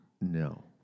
No